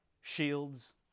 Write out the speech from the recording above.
shields